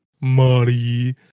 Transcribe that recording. Molly